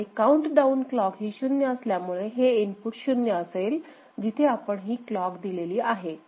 आणि countdown clock ही शून्य असल्यामुळे हे इनपुट शून्य असेल जिथे आपण हि क्लॉक दिलेली आहे